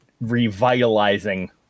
revitalizing